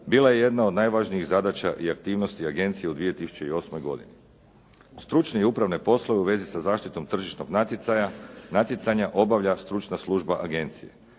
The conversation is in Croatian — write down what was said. bila je jedna od najvažnijih zadaća i aktivnosti agencije u 2008. godini. Stručne i upravne poslove u vezi sa zaštitom tržišnog natjecanja obavlja stručna služba agencije.